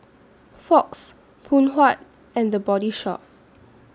Fox Phoon Huat and The Body Shop